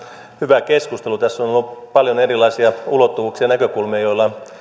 hyvä keskustelu tässä on on ollut paljon erilaisia ulottuvuuksia näkökulmia joilla